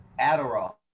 Adderall